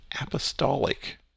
apostolic